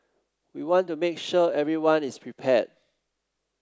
we want to make sure everyone is prepared